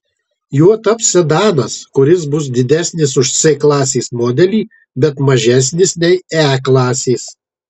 juo taps sedanas kuris bus didesnis už c klasės modelį bet mažesnis nei e klasės